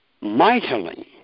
mightily